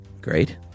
great